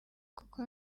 kuko